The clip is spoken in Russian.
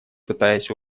пытаясь